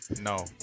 No